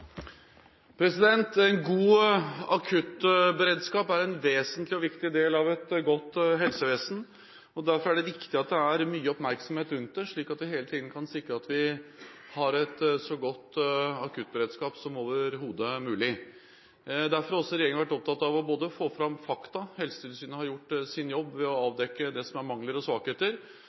En god akuttberedskap er en vesentlig og viktig del av et godt helsevesen, og derfor er det viktig at det er mye oppmerksomhet rundt det, slik at vi hele tiden kan sikre at vi har en så god akuttberedskap som overhodet mulig. Derfor har også regjeringen vært opptatt av å få fram fakta, Helsetilsynet har gjort sin jobb ved å avdekke det som er av mangler og svakheter,